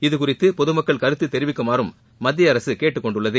இதுகுறித்து பொதுமக்கள் கருத்து தெரிவிக்குமாறும் மத்தியஅரசு கேட்டுக்கொண்டுள்ளது